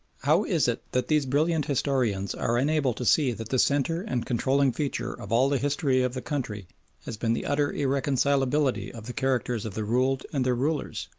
how is it that these brilliant historians are unable to see that the centre and controlling feature of all the history of the country has been the utter irreconcilability of the characters of the ruled and their rulers?